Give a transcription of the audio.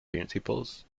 principles